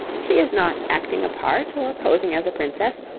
she is not acting a part or posing as a princess,